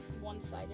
One-sided